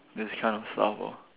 these kind of stuff lor